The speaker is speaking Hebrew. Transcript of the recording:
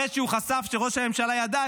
אחרי שהוא חשף שראש הממשלה ידע,